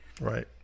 Right